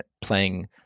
playing